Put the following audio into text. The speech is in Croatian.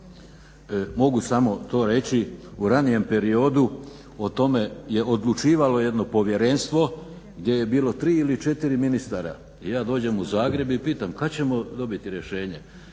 Mogu samo to reći u ranijem periodu o tome je odlučivalo jedno povjerenstvo gdje je bilo 3 ili 4 ministara. I ja dođem u Zagreb i pitam kad ćemo dobiti rješenje?